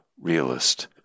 realist